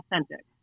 authentic